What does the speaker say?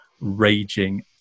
raging